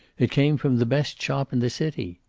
it came from the best shop in the city.